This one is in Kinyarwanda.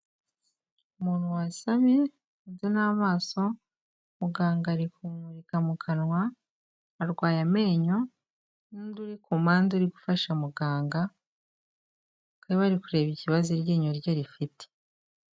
Umuntu wasamye, undi n'amaso muganga ari kumumurika mu kanwa, arwaye amenyo, n'undi uri ku mpande uri gufasha muganga, bakaba bari kureba ikibazo iryinyo rye rifite.